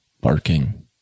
barking